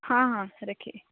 हाँ हाँ रखिए